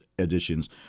editions